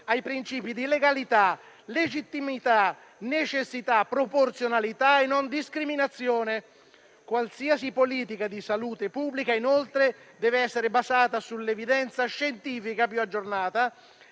ai principi di legalità, legittimità, necessità, proporzionalità e non discriminazione. Qualsiasi politica di salute pubblica, inoltre, deve essere basata sull'evidenza scientifica più aggiornata